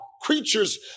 creatures